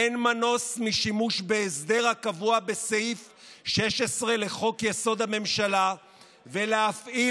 אין מנוס משימוש בהסדר הקבוע בסעיף 16 לחוק-יסוד: הממשלה ולהפעיל